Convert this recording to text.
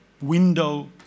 window